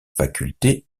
faculté